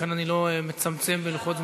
לכן אני לא מצמצם בלוחות-זמנים,